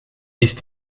ist